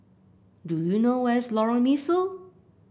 do you know where's Lorong Mesu